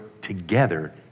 together